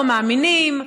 לא מאמינים,